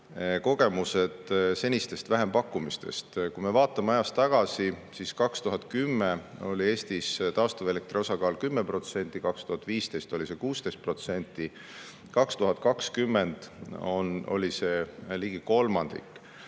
kogemused senistest vähempakkumistest. Kui me vaatame ajas tagasi, siis 2010 oli Eestis taastuvelektri osakaal 10%, 2015 oli see 16%, 2020 oli see ligi kolmandik.